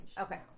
Okay